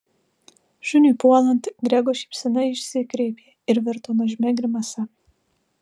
šuniui puolant grego šypsena išsikreipė ir virto nuožmia grimasa